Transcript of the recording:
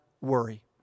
worry